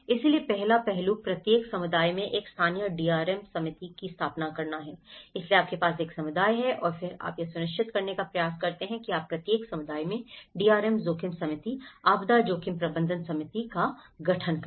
इसलिए पहला पहलू प्रत्येक समुदाय में एक स्थानीय DRM समिति की स्थापना करना है इसलिए आपके पास एक समुदाय है और फिर आप यह सुनिश्चित करने का प्रयास करते हैं कि आप प्रत्येक समुदाय में DRM जोखिम समिति आपदा जोखिम प्रबंधन समिति का गठन करें